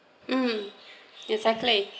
um exactly